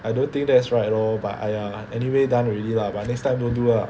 I don't think that's right lor but !aiya! anyway done already lah but next time don't do lah